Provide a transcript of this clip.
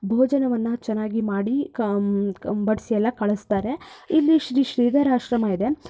ಭೋಜನವನ್ನು ಚೆನ್ನಾಗಿ ಮಾಡಿ ಬಡಿಸಿಯೆಲ್ಲ ಕಳ್ಸ್ತಾರೆ ಇಲ್ಲಿ ಶ್ರೀ ಶ್ರೀಧರ ಆಶ್ರಮ ಇದೆ